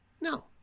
No